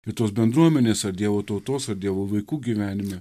ir tos bendruomenės ar dievo tautos ar dievo vaikų gyvenime